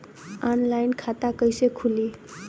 Online खाता कइसे खुली?